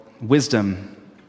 wisdom